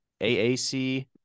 AAC